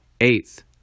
eighth